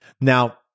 Now